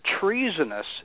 treasonous